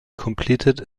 completed